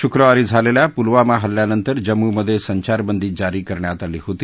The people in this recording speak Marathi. शुक्रवारी झालेल्या पुलवामा हल्ल्यानंतर जम्मूमधे संचारबंदी जारी करण्यात आली होती